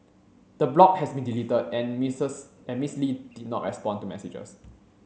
the blog has been deleted and Miss Lee did not respond to messages